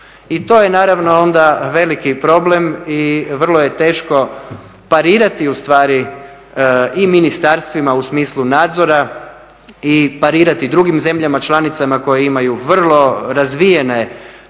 I to je naravno onda veliki problem i vrlo je teško parirati ustvari i ministarstvima u smislu nadzora i parirati drugim zemljama članicama koje imaju vrlo razvijene